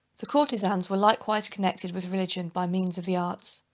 the courtezans were likewise connected with religion, by means of the arts.